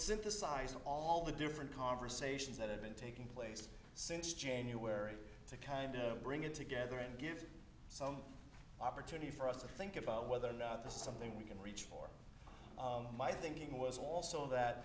synthesized all the different conversations that had been taking place since january to kind of bring it together and give some opportunity for us to think about whether or not this is something we can reach my thinking was also that